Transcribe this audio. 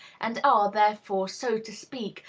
and are, therefore, so to speak,